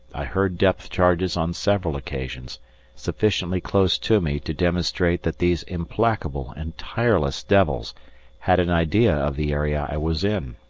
i heard depth-charges on several occasions sufficiently close to me to demonstrate that these implacable and tireless devils had an idea of the area i was in.